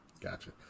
Gotcha